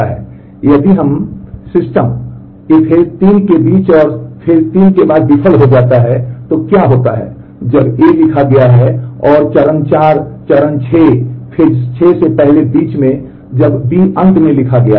अब यदि सिस्टम चरण 3 के बीच और चरण 3 के बाद विफल हो जाता है तो क्या होता है जब A लिखा गया है और चरण 4 चरण 6 से पहले बीच में जब B अंत में लिखा गया है